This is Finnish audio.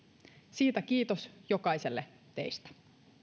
siitä kiitos jokaiselle teistä